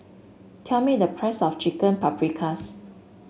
tell me the price of Chicken Paprikas